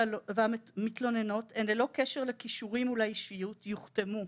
המתלוננות הן לא קשר לכישורים או לאישיות יוחתמו.